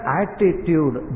attitude